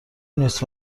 نیست